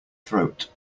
throat